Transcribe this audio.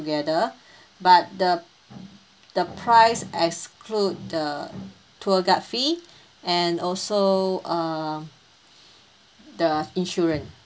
~gether but the the price exclude the tour guide fee and also err the insurance